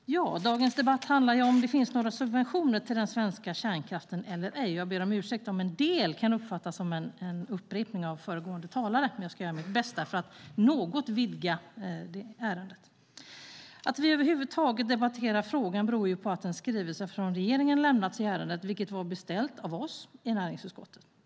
Fru talman! Dagens debatt handlar om huruvida det finns några subventioner till den svenska kärnkraften eller ej. Jag ber om ursäkt om en del kan uppfattas som upprepningar av vad föregående talare har sagt, men jag ska göra mitt bästa för att vidga diskussionen något. Att vi över huvud taget debatterar frågan beror på att en skrivelse från regeringen har lämnats i ärendet, vilket var beställt av oss i näringsutskottet.